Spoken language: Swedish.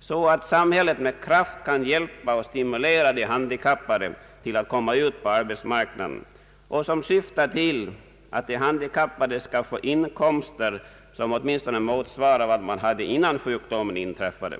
så att samhället med kraft kan hjälpa och stimulera de handikappade till att komma ut på arbetsmarknaden och som syftar till att de handikappade skall få inkomster som åtminstone motsvarar vad de hade innan sjukdomen inträffade.